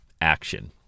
action